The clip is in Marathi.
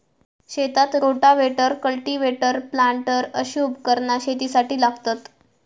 शेतात रोटाव्हेटर, कल्टिव्हेटर, प्लांटर अशी उपकरणा शेतीसाठी लागतत